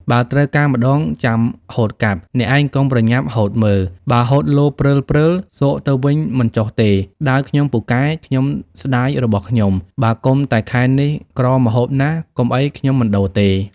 បើត្រូវការម្ដងចាំហូតកាប់ អ្នកឯងកុំ ប្រញាប់ហូតមើល បើហូតលព្រើលៗ ស៊កទៅវិញមិនចុះទេ ដាវខ្ញុំពូកែ ខ្ញុំស្ដាយរបស់ខ្ញុំ បើកុំតែខែនេះក្រម្ហូបណាស់ កុំអីខ្ញុំមិនដូរទេ។